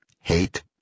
hate